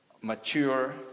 mature